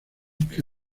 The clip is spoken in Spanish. que